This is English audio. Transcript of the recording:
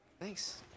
Thanks